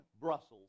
Brussels